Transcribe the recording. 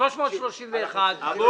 אני